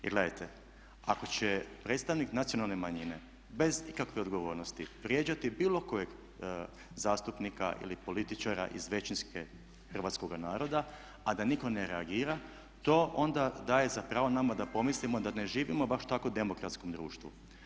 Jer gledajte, ako će predstavnik nacionalne manjine bez ikakve odgovornosti vrijeđati bilo kojeg zastupnika ili političara iz većinske hrvatskoga naroda, a da nitko ne reagira to onda daje za pravo nama da pomislimo da ne živimo u baš tako demokratskom društvu.